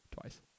Twice